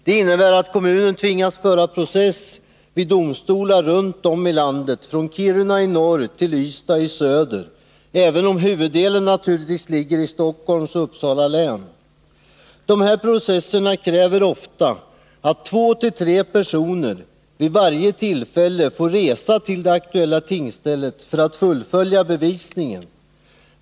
Detta innebär att kommunen tvingas föra process vid domstolar runt om i landet, från Kiruna i norr till Ystad i söder, även om huvuddelen naturligtvis ligger i Stockholms län och Uppsala län. Dessa processer kräver ofta att 2-3 personer vid varje tillfälle får resa till det aktuella tingsstället för att fullfölja bevisningen.